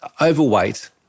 overweight